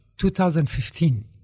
2015